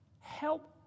Help